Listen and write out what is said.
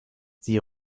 sie